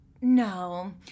no